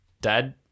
dad